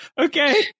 Okay